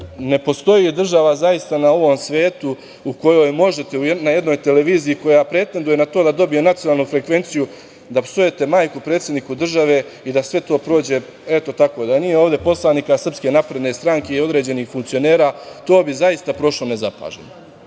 ne postoji država zaista na ovom svetu u kojoj možete na jednoj televiziji, koja pretenduje na to da dobije nacionalnu frekvenciju, da psujete majku predsedniku države i da sve to prođe eto tako. Da nije ovde poslanika SNS i određenih funkcionera, to bi zaista prošlo nezapaženo.